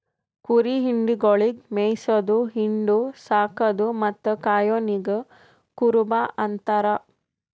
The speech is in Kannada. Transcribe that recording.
ಕುರಿ ಹಿಂಡುಗೊಳಿಗ್ ಮೇಯಿಸದು, ಹಿಂಡು, ಸಾಕದು ಮತ್ತ್ ಕಾಯೋನಿಗ್ ಕುರುಬ ಅಂತಾರ